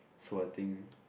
so I think